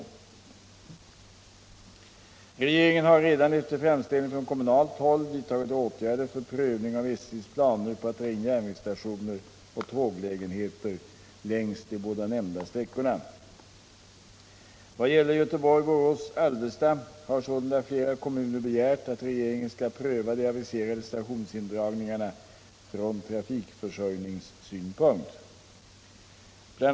Regerir.gen har redan — efter framställningar från kommunalt håll — vidtagit åtgärder för prövning av SJ:s planer på att dra in järnvägsstationer och tåglägenheter längs de båda nämnda sträckorna. Vad gäller Göteborg-Borås-Alvesta har sålunda flera kommuner begärt att regeringen skall pröva de aviserade stationsindragningarna från trafikförsörjningssynpunkt. Bl.